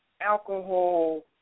alcohol